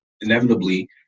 inevitably